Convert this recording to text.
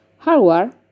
Hardware